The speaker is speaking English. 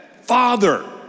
Father